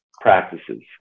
practices